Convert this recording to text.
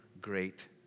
great